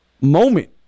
moment